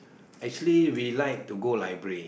actually we like to go library